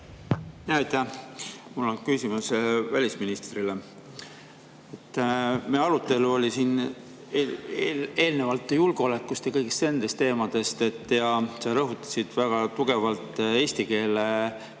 Aitäh! Mul on küsimus välisministrile. Meie arutelu oli siin eelnevalt julgeolekust ja kõigist nendest teemadest ja sa rõhutasid väga tugevalt eestikeelsele